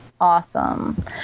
Awesome